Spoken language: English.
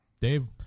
Dave